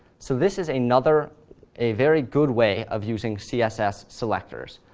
so this is another a very good way of using css selectors.